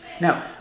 Now